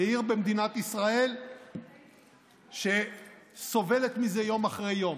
היא עיר במדינת ישראל שסובלת מזה יום אחרי יום.